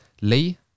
Lee